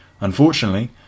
Unfortunately